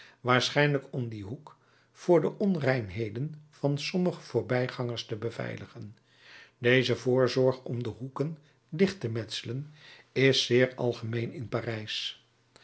waarschijnlijk om dien hoek voor de onreinheden van sommige voorbijgangers te beveiligen deze voorzorg om de hoeken dicht te metselen is zeer algemeen in parijs